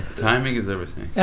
timing is everything.